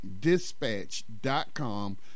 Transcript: Dispatch.com